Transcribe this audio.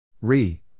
Re